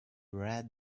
read